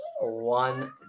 One